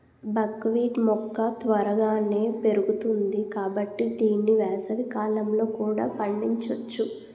బక్ wheat మొక్క త్వరగానే పెరుగుతుంది కాబట్టి దీన్ని వేసవికాలంలో కూడా పండించొచ్చు